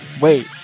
Wait